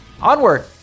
Onward